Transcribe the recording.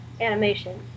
animation